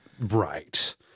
Right